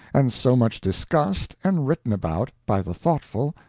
and so much discussed and written about by the thoughtful,